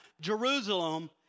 Jerusalem